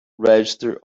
register